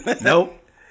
Nope